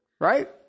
right